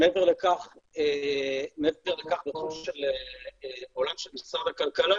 מעבר לכך בתחום של עולם של משרד הכלכלה